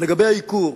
לגבי הייקור,